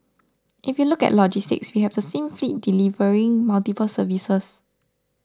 if you look at logistics we have the same fleet delivering multiple services